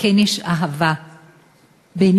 וכן יש אהבה בינינו,